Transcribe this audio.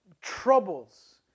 troubles